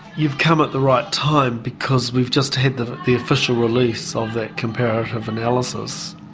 you've come at the right time because we've just had the the official release of that comparative analysis,